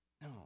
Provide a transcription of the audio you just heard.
No